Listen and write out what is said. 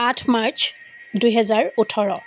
আঠ মাৰ্চ দুহেজাৰ পোন্ধৰ